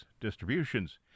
distributions